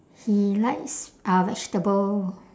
he likes uh vegetable